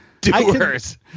Doers